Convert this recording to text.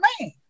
man